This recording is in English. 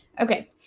Okay